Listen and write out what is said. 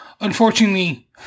unfortunately